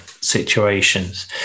situations